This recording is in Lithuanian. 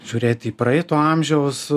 žiūrėt į praeito amžiaus